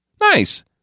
Nice